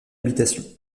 habitation